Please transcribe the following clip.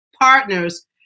partners